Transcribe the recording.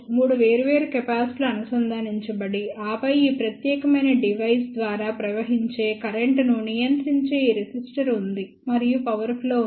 3 వేర్వేరు కెపాసిటర్లు అనుసంధానించబడి ఆపై ఈ ప్రత్యేకమైన డివైస్ ద్వారా ప్రవహించే కరెంట్ ను నియంత్రించే ఈ రెసిస్టర్ ఉంది మరియు పవర్ ఫ్లో ఉంది